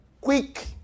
quick